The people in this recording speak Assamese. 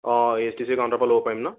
O A S T C কাউণ্টাৰৰ পৰা ল'ব পাৰিম ন